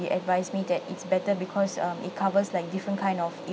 advised me that it's better because um it covers like different kind of